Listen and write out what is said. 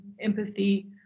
empathy